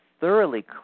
thoroughly